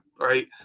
right